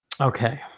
Okay